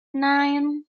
nine